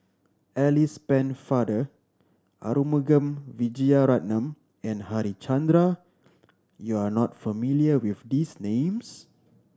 Alice Pennefather Arumugam Vijiaratnam and Harichandra you are not familiar with these names